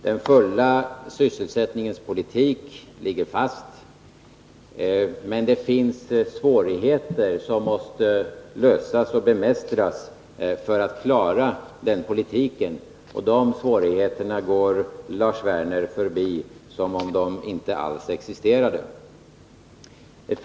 Den fulla sysselsättningens politik ligger fast, men det finns svårigheter som måste lösas och bemästras för att man skall kunna klara den politiken. De svårigheterna går Lars Werner förbi som om de inte alls existerade.